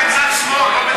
בצד שמאל ולא בצד ימין.